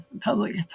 public